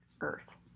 Earth